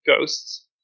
ghosts